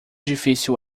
difícil